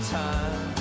time